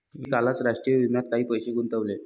मी कालच राष्ट्रीय विम्यात काही पैसे गुंतवले